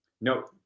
No